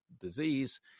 disease